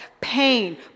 pain